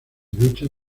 duchas